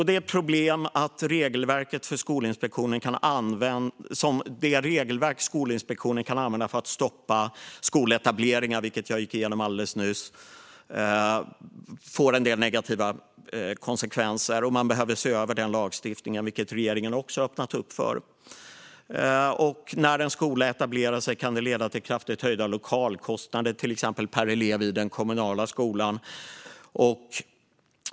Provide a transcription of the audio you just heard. Det är ett problem att Skolinspektionens regelverk för att stoppa skoletableringar, som jag nyss gick igenom, får en del negativa konsekvenser. Man behöver se över den lagstiftningen, vilket regeringen också har öppnat upp för. När en skola etableras kan det till exempel leda till kraftigt höjda lokalkostnader per elev i den kommunala skolan.